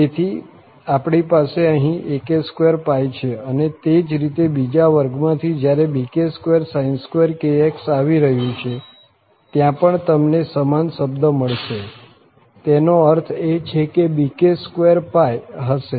તેથી આપણી પાસે અહીં ak2 છે અને તે જ રીતે બીજા વર્ગમાંથી જ્યારે bk2sin2⁡ આવી રહ્યું છે ત્યાં પણ તમને સમાન શબ્દ મળશે તેનો અર્થ એ કે bk2 હશે